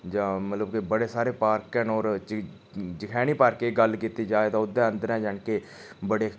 जां मतलब कि बड़े सारे पार्क न होर जखैनी पार्के गल्ल कीती जाए तां ओह्दे अंदरै जानि कि बड़े